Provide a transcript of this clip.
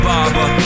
Baba